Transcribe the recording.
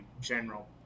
general